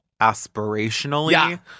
aspirationally